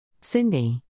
Cindy